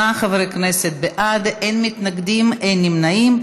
38 חברי כנסת בעד, אין מתנגדים ואין נמנעים.